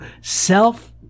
self